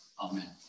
Amen